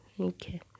okay